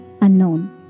unknown